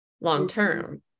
long-term